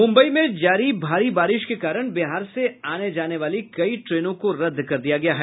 मूंबई में जारी भारी बारिश के कारण बिहार से आने जानेवाली कई ट्रोनों को रद कर दिया गया है